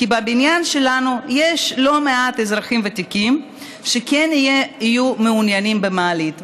כי בבניין שלנו יש לא מעט אזרחים ותיקים שכן יהיו מעוניינים במעלית.